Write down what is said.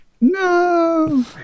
No